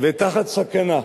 ותחת סכנה,